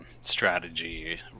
strategy